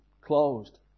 closed